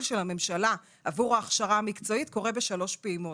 של הממשלה עבור ההכשרה המקצועית קורה בשלוש פעימות.